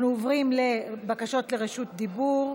אנחנו עוברים לבקשות לרשות דיבור.